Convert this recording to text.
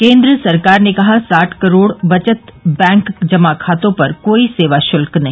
केन्द्र सरकार ने कहा साठ करोड बचत बैंक जमा खातों पर कोई सेवा शुल्क नहीं